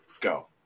Go